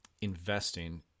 investing